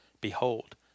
Behold